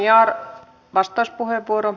arvoisa puhemies